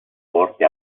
porte